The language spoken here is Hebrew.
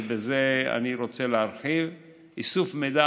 ואת זה אני רוצה להרחיב: איסוף מידע